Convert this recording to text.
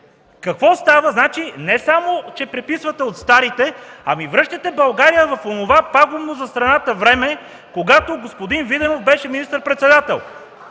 години. Значи че не само че преписвате от старите, ами връщате България в онова пагубно за страната време, когато господин Виденов беше министър-председател.